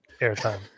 airtime